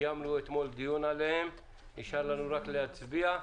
קיימנו אתמול דיון עליהן ונשאר לנו רק להצביע.